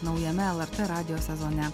naujame lrt radijo sezone